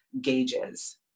gauges